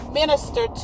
minister